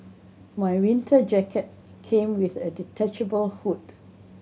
my winter jacket came with a detachable hood